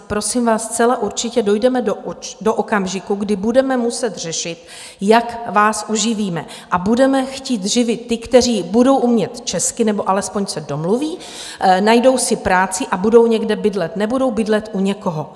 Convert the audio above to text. Prosím vás, zcela určitě dojdeme do okamžiku, kdy budeme muset řešit, jak vás uživíme, a budeme chtít živit ty, kteří budou umět česky, nebo alespoň se domluví, najdou si práci a budou někde bydlet, nebudou bydlet u někoho.